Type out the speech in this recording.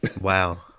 Wow